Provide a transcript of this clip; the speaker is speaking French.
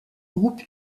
groupe